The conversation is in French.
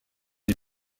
des